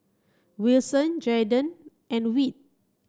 Wilson Jaiden and Whit